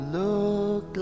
look